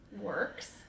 works